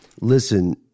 listen